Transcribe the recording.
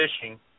fishing